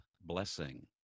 blessing